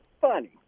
funny